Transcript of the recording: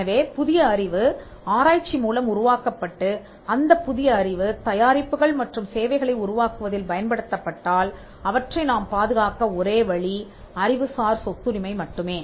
எனவே புதிய அறிவு ஆராய்ச்சி மூலம் உருவாக்கப்பட்டு அந்தப் புதிய அறிவு தயாரிப்புகள் மற்றும் சேவைகளை உருவாக்குவதில் பயன்படுத்தப்பட்டால் அவற்றை நாம் பாதுகாக்க ஒரே வழி அறிவுசார் சொத்துரிமை மட்டுமே